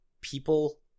people